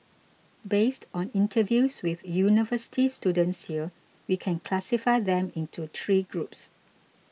based on interviews with university students here we can classify them into three groups